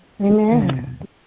Amen